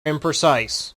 imprecise